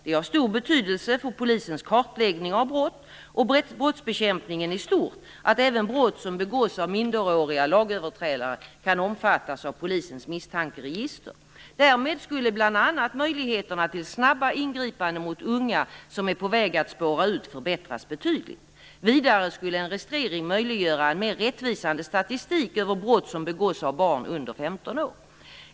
Det är av stor betydelse för polisens kartläggning av brott och brottsbekämpningen i stort att även brott som begås av minderåriga lagöverträdare kan omfattas av polisens misstankeregister. Därmed skulle bl.a. möjligheterna till snabba ingripande mot unga som är på väg att spåra ur förbättras betydligt. Vidare skulle en registrering möjliggöra en mer rättvisande statistik över brott som begås av barn under 15 år.